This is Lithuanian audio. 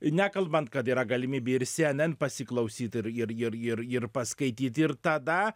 nekalbant kad yra galimybė ir cnn pasiklausyt ir ir ir ir ir paskaityt ir tada